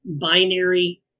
binary